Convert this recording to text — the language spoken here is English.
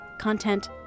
content